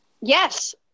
yes